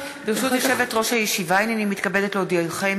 אין מתנגדים.